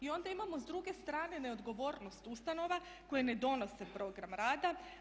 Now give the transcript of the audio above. I onda imamo s druge strane neodgovornost ustanova koje ne donose program rada.